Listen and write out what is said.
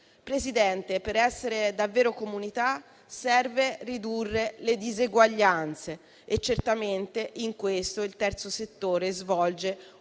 Presidente, per essere davvero comunità, serve ridurre le diseguaglianze e certamente in questo il terzo settore svolge